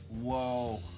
Whoa